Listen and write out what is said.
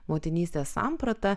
motinystės samprata